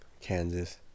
Kansas